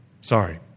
Sorry